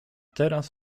teraz